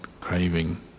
craving